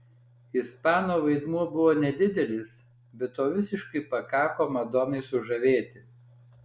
ispano vaidmuo buvo nedidelis bet to visiškai pakako madonai sužavėti